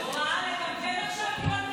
קיבלתם הוראה לקלקל עכשיו,